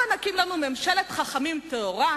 הבה נקים לנו ממשלת חכמים טהורה,